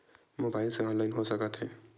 Mobile से online हो सकत हे?